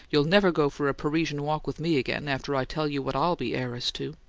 you'll never go for a parisian walk with me again, after i tell you what i'll be heiress to.